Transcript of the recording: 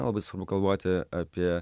labai svarbu galvoti apie